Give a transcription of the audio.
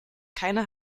keine